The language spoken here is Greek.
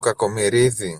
κακομοιρίδη